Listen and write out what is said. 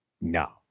No